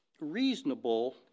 reasonable